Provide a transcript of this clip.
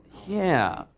yeah.